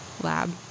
lab